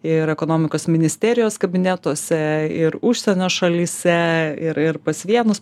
ir ekonomikos ministerijos kabinetuose ir užsienio šalyse ir ir pas vienus